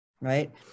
right